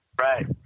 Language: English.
Right